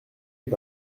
est